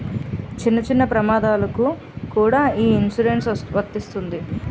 చిన్న చిన్న ప్రమాదాలకు కూడా ఈ ఇన్సురెన్సు వర్తిస్తుంది